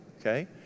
okay